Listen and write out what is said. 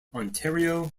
ontario